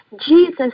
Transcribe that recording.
Jesus